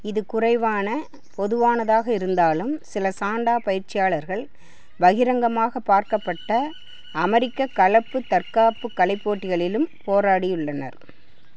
இது குறைவான பொதுவானதாக இருந்தாலும் சில சாண்டா பயிற்சியாளர்கள் பகிரங்கமாக பார்க்கப்பட்ட அமெரிக்க கலப்பு தற்காப்புக் கலைப் போட்டிகளிலும் போராடியுள்ளனர்